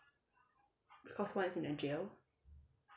cause one is in a jail